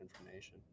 information